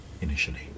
initially